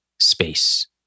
space